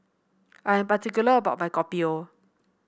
I am particular about my Kopi O